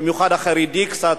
ובמיוחד החרדי קצת,